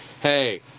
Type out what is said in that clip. hey